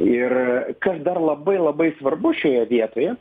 ir kas dar labai labai svarbu šioje vietoje